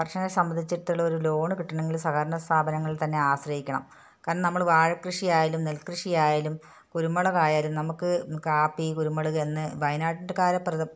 കർഷകനെ സംബന്ധിച്ചിടത്തോളം ഒരു ലോണ് കിട്ടണമെങ്കില് സഹകരണ സ്ഥാപനങ്ങളിൽ തന്നെ ആശ്രയിക്കണം കാരണം നമ്മള് വാഴക്കൃഷിയായാലും നെൽകൃഷി ആയാലും കുരുമുളകായാലും നമുക്ക് കാപ്പി കുരുമുളക് എന്ന് വയനാടിന്റെ കാര്യം പറയുക